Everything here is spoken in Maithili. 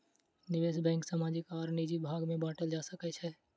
निवेश बैंक सामाजिक आर निजी भाग में बाटल जा सकै छै